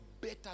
better